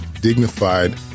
dignified